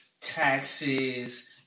taxes